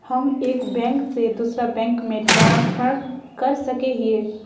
हम एक बैंक से दूसरा बैंक में ट्रांसफर कर सके हिये?